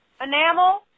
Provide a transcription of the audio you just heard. enamel